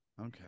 Okay